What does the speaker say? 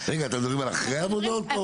רגע, אתם מדברים על אחרי העבודות?